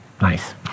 nice